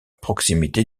proximité